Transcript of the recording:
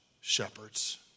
shepherds